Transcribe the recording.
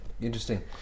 interesting